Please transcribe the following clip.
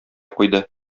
куйды